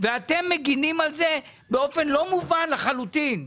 ואתם מגינים על זה באופן לא מובן לחלוטין.